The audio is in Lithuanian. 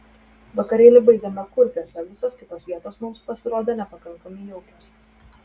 vakarėlį baigėme kurpiuose visos kitos vietos mums pasirodė nepakankamai jaukios